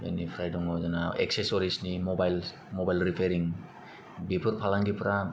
बेनिफ्राय दं जोंनाव एक्सेस'रिजनि मबाइल रिफेयारिं बेफोर फालांगिफ्रा